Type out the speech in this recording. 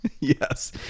yes